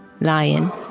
lion